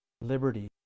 liberty